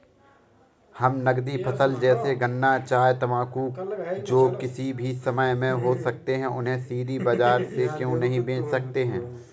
हम नगदी फसल जैसे गन्ना चाय तंबाकू जो किसी भी समय में हो सकते हैं उन्हें सीधा बाजार में क्यो नहीं बेच सकते हैं?